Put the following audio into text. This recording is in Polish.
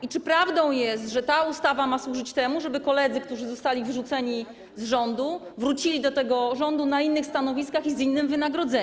i czy prawdą jest, że ta ustawa ma służyć temu, żeby koledzy, którzy zostali wyrzuceni z rządu, wrócili do tego rządu na innych stanowiskach i z innym wynagrodzeniem.